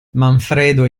manfredo